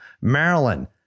Maryland